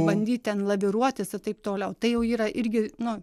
bandyt ten laviruotis ir taip toliau tai jau yra irgi nu